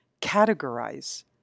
categorize